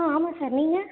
ஆ ஆமாம் சார் நீங்கள்